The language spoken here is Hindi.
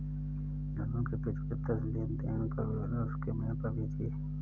गुनगुन के पिछले दस लेनदेन का विवरण उसके मेल पर भेजिये